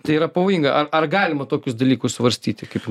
tai yra pavojinga ar ar galima tokius dalykus svarstyti kaip jums